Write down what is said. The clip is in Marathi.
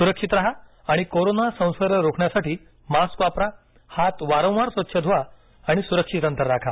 सुक्षित राहा आणि कोरोना संसर्ग रोखण्यासाठी मास्क वापरा हात वारंवार स्वच्छ धुवा आणि सुरक्षित अंतर राखा